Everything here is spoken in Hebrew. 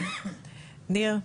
ניר,